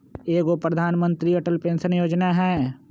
एगो प्रधानमंत्री अटल पेंसन योजना है?